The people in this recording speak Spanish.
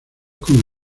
con